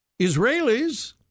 Israelis